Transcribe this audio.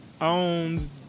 owns